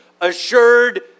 assured